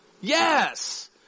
Yes